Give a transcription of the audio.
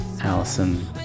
allison